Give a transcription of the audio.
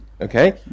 okay